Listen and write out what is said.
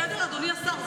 בסדר, אדוני השר?